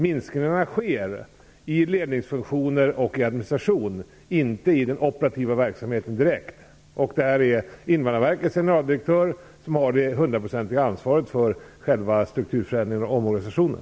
Minskningarna sker i ledningsfunktioner och administration - inte direkt i den operativa verksamheten. Invandrarverkets generaldirektör har det hundraprocentiga ansvaret för strukturförändringen och omorganisationen.